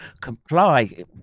comply